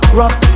rock